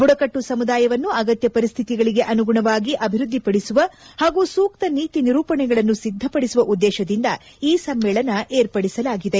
ಬುಡಕಟ್ಟು ಸಮುದಾಯವನ್ನು ಅಗತ್ತ ಪರಿಸ್ವಿತಿಗಳಿಗೆ ಅನುಗುಣವಾಗಿ ಅಭಿವ್ವದ್ದಿಪಡಿಸುವ ಹಾಗೂ ಸೂಕ್ತ ನೀತಿ ನಿರೂಪಣೆಗಳನ್ನು ಸಿದ್ದಪಡಿಸುವ ಉದ್ದೇಶದಿಂದ ಈ ಸಮ್ಮೇಳನ ಏರ್ಪಡಿಸಲಾಗಿದೆ